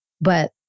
But-